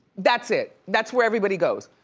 that's it, that's where everybody goes.